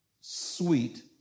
sweet